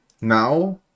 now